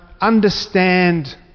understand